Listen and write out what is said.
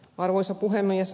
arvoisa puhemies